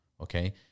Okay